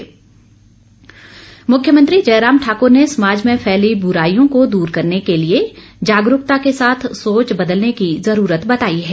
जयराम मुख्यमंत्री जयराम ठाकुर ने समाज में फैली बुराईयों को दूर करने के लिए जागरूकता के साथ सोच बदलाने की जरूरत बताई है